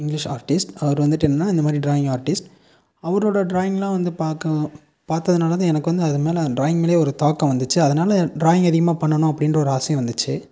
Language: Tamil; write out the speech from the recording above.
இங்கிலீஷ் ஆர்ட்டிஸ்ட் அவர் வந்துட்டு என்னென்ன இந்தமாதிரி டிராயிங் ஆர்ட்டிஸ்ட் அவரோடய டிராயிங்லாம் வந்து பார்க்க பார்த்ததுனால தான் எனக்கு வந்து அதன் மேல் அந்த டிராயிங் மேலேயே ஒரு தாக்கம் வந்துச்சு அதனால் டிராயிங் அதிகமாக பண்ணணும் அப்படின்ற ஒரு ஆசையும் வந்துச்சு